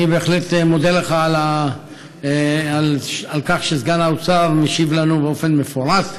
אני בהחלט מודה לך על כך שסגן שר האוצר משיב לנו באופן מפורט.